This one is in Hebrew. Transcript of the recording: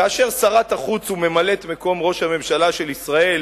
כאשר שרת החוץ וממלאת-מקום ראש הממשלה של ישראל